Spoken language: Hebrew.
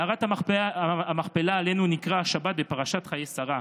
מערת המכפלה, שעליה נקרא השבת בפרשת חיי שרה,